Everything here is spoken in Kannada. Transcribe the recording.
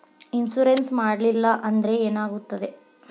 ಇನ್ಶೂರೆನ್ಸ್ ಮಾಡಲಿಲ್ಲ ಅಂದ್ರೆ ಏನಾಗುತ್ತದೆ?